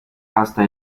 hasta